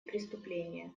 преступления